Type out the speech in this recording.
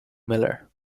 miller